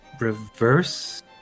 reverse